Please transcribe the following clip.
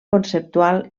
conceptual